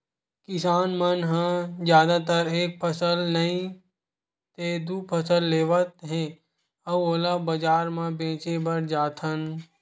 किसान मन ह जादातर एक फसल नइ ते दू फसल लेवत हे अउ ओला बजार म बेचे बर जाथन